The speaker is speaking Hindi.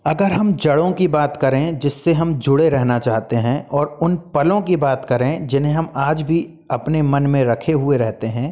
अगर हम जड़ों की बात करें जिससे हम जुड़े रहना चाहते हैं और उन पलों की बात करें जिन्हें हम आज भी अपने मन में रखे हुए रहते हैं